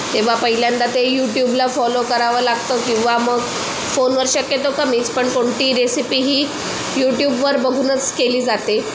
तेव्हा पहिल्यांदा ते यूट्यूबला फॉलो करावं लागतं किंवा मग फोनवर शक्यतो कमीच पण कोणती रेसिपी ही यूट्यूबवर बघूनच केली जाते